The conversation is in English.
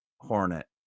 hornet